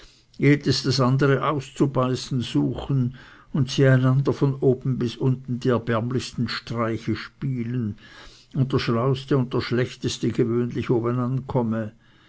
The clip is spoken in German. jedes das andere auszubeißen suchen und sie einander von oben bis unten die erbärmlichsten streiche spielen und der schlauste und schlechteste gewöhnlich oben an komme